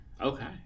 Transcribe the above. Okay